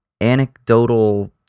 anecdotal